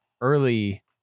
early